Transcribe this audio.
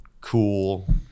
cool